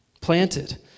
planted